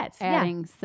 adding